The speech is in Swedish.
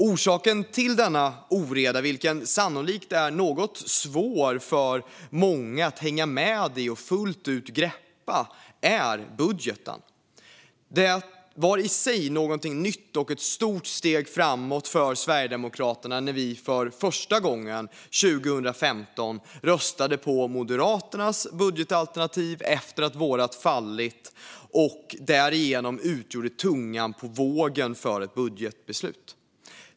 Orsaken till denna oreda, vilken sannolikt är något svår för många att hänga med i och fullt ut greppa, är budgeten. Det var i sig någonting nytt och ett stort steg framåt för Sverigedemokraterna när vi för första gången 2014 röstade på Moderaternas budgetalternativ efter att vårt förslag fallit och vi därigenom utgjorde tungan på vågen för ett budgetbeslut.